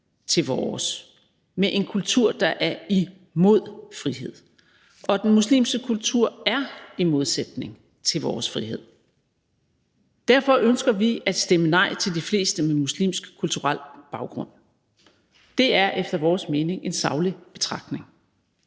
til vores, med en kultur, der er imod frihed. Og den muslimske kultur er i modsætning til vores frihed. Derfor ønsker vi at stemme nej til de fleste med muslimsk kulturel baggrund. Det er efter vores mening en saglig betragtning